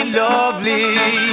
lovely